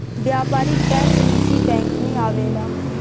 व्यापारिक बैंक निजी बैंक मे आवेला